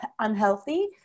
unhealthy